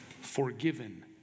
Forgiven